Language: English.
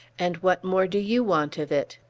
and what more do you want of it?